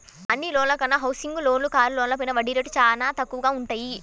అన్ని లోన్ల కన్నా హౌసింగ్ లోన్లు, కారు లోన్లపైన వడ్డీ రేట్లు చానా తక్కువగా వుంటయ్యి